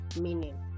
meaning